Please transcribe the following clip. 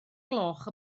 gloch